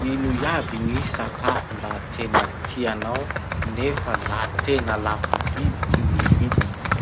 Ino iaby gny sakafo la tena tianao nefa la tena lafo bibiky ny vidiny?